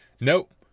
nope